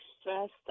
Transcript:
stressed